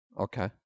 Okay